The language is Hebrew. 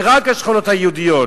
ורק השכונות היהודיות